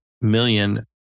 million